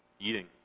eating